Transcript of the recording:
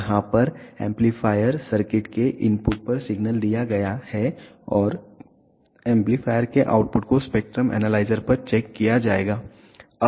यहाँ पर amplifier circuit के इनपुट पर सिग्नल दिया गया है और एम्पलीफायर के आउटपुट को स्पेक्ट्रम एनालाइजर पर चेक किया जाएगा